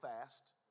fast